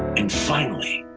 and finally,